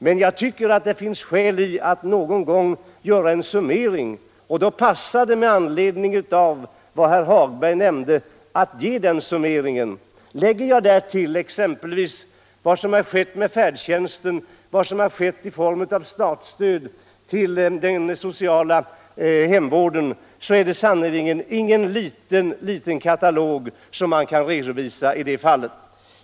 Men jag tycker att det någon gång finns skäl att göra en summering, och med anledning av vad herr Hagberg här sade har jag velat passa på att göra den summeringen nu. Om jag härtill lägger vad som har skett med färdtjänsten och med statsstödet till den sociala hemvården, så är det sannerligen ingen liten katalog som kan redovisas.